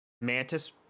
Mantis